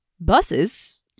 buses